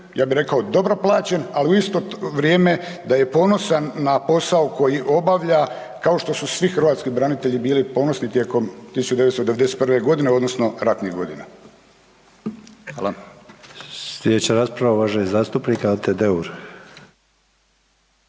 ja bi rekao, dobro plaćen, ali u isto vrijeme da je ponosan na posao koji obavlja kao što su svi hrvatski branitelji bili ponosni tijekom 1991.g. odnosno ratnih godina. **Sanader, Ante (HDZ)** Hvala. Slijedeća rasprava uvaženi zastupnik Ante Deur.